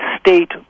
state